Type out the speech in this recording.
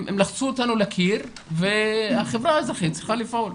הם לחצו אותנו לקיר והחברה האזרחית צריכה לפעול.